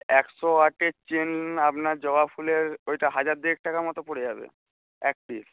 একশো আটের চেন আপনার জবা ফুলের ওইটা হাজার দুয়েক টাকার মতো পড়ে যাবে এক পিস